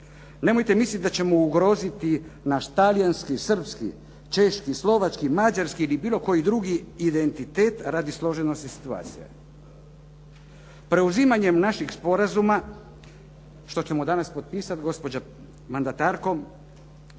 Nemojte misliti da ćemo ugroziti naš talijanski, srpski, češki, slovački, mađarski ili bilo koji drugi identitet radi složenosti situacije. Preuzimanjem naših sporazuma što ćemo danas potpisat s gospođom mandatarskom